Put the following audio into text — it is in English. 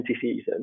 season